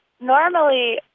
Normally